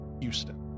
Houston